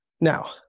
Now